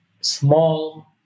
small